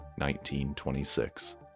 1926